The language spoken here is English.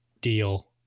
deal